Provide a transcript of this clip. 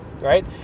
right